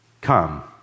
come